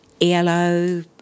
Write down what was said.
ELO